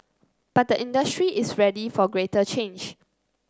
but the industry is ready for greater change